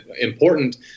important